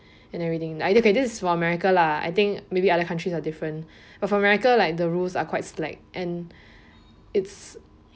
and everything and okay this is for america lah I think maybe other countries are different but for america like the rules are quite slack and it's